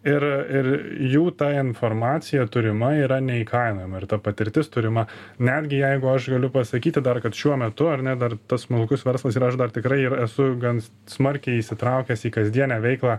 ir ir jų ta informacija turima yra neįkainojama ir ta patirtis turima netgi jeigu aš galiu pasakyti dar kad šiuo metu ar ne dar tas smulkus verslas ir aš dar tikrai ir esu gan smarkiai įsitraukęs į kasdienę veiklą